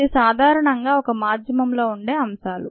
ఇది సాధారణంగా ఒక మాధ్యమం లో ఉండే అంశాలు